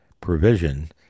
provision